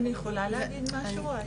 אני יכולה להגיד משהו?